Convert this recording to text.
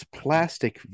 plastic